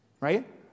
right